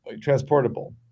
transportable